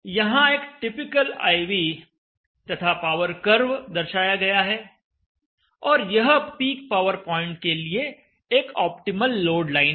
यहाँ एक typical I V तथा एक पावर कर्व दर्शाया गया है और यह पीक पावर पॉइंट के लिए एक ऑप्टिमल लोड लाइन है